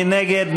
מי נגד?